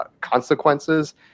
consequences